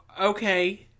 Okay